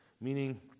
meaning